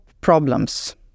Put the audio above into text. problems